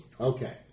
Okay